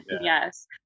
Yes